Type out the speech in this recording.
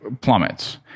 plummets